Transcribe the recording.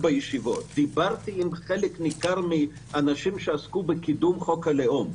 דיברתי עם חלק ניכר מהאנשים שעסקו בקידום חוק הלאום.